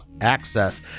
access